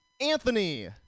Anthony